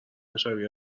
شبیه